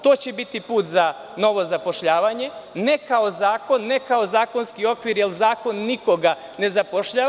To će biti put za novo zapošljavanje, ne kao zakon, ne kao zakonski okviri, jer zakon nikoga ne zapošljava.